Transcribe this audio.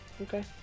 Okay